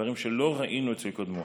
דברים שלא ראינו אצל קודמו.